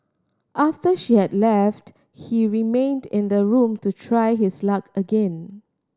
after she had left he remained in the room to try his luck again